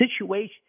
situation –